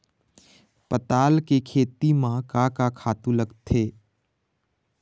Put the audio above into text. पताल के खेती म का का खातू लागथे?